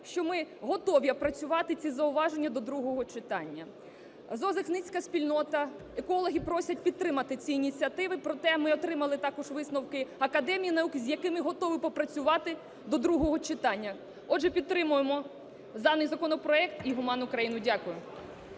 що ми готові опрацювати ці зауваження до другого читання. Зоозахисницька спільнота, екологи просять підтримати ці ініціативи. Проте ми отримали також висновки Академії наук, з якими готові попрацювати до другого читання. Отже, підтримуємо даний законопроект і гуманну країну. Дякую.